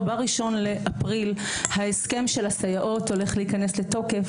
בראשון לאפריל ההסכם של הסייעות הולך להיכנס לתוקף,